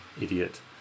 Idiot